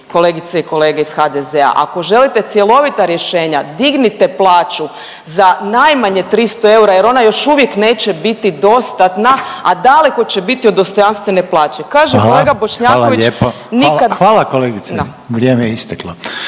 kolegice i kolege iz HDZ-a. Ako želite cjelovita rješenja dignite plaću za najmanje 300 eura jer ona još uvijek neće biti dostatna, a daleko će biti od dostojanstvene plaće…/Upadica Reiner: Hvala, hvala lijepo, hvala…/…. Kaže kolega